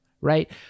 right